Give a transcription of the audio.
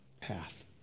path